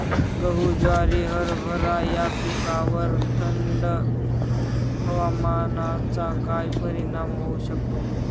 गहू, ज्वारी, हरभरा या पिकांवर थंड हवामानाचा काय परिणाम होऊ शकतो?